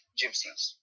gypsies